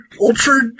ultra